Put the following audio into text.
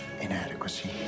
inadequacy